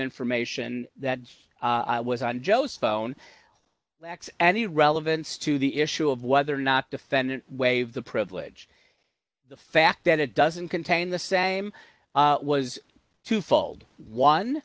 information that was on joe's phone lacks any relevance to the issue of whether or not defendant waive the privilege the fact that it doesn't contain the same was twofold one